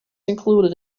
included